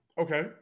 Okay